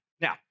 Now